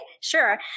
sure